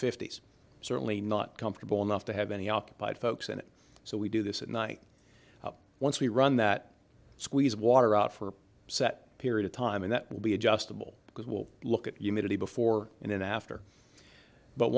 fifty's certainly not comfortable enough to have any occupied folks in it so we do this at night once we run that squeeze water out for a set period of time and that will be adjustable because we'll look at unity before and then after but